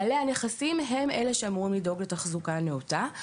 בעלי הנכסים הם אלה שאמורים לדאוג לתחזוקה הנאותה.